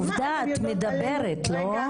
עובדה, את מדברת, לא?